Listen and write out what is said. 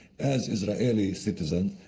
as israeli citizens,